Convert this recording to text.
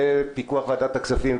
בפיקוח ועדת הכספים,